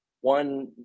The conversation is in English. One